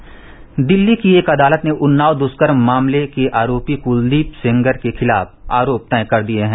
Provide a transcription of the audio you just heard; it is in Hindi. में भ दिल्ली की एक अदालत ने उन्नाव दृष्कर्म मामले के आरोपी कलदीप सेंगर के खिलाफ आरोप तय कर दिए हैं